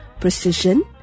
precision